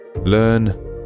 Learn